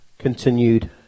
Continued